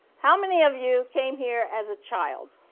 how many of you came here as a child?